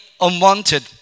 unwanted